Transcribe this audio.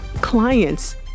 clients